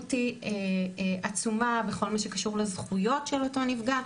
המשמעות היא עצומה בכל מה שקשור לזכויות של אותו נפגע,